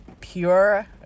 pure